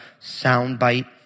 soundbite